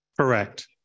Correct